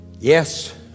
yes